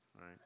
right